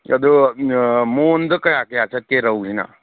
ꯑꯗꯨ ꯃꯣꯟꯗ ꯀꯌꯥ ꯀꯗꯥ ꯆꯠꯀꯦ ꯔꯧꯅꯤꯅ